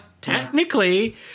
technically